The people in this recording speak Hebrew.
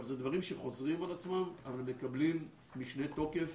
אלה דברים שחוזרים על עצמם, אבל מקבלים משנה תוקף